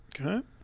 Okay